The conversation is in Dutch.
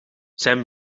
zijn